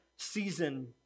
season